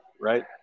right